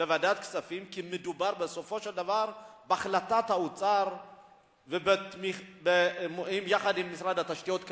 כי מדובר בסופו של דבר בהחלטת האוצר יחד עם משרד התשתיות,